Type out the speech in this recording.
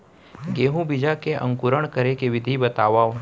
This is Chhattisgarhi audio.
गेहूँ बीजा के अंकुरण करे के विधि बतावव?